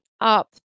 up